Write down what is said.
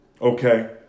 Okay